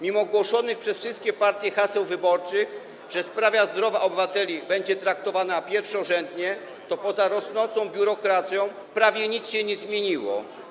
Mimo głoszonych przez wszystkie partie haseł wyborczych, że sprawa zdrowia obywateli będzie traktowana jako pierwszorzędna, poza rosnącą biurokracją prawie nic się nie zmieniło.